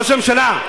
ראש הממשלה.